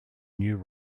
new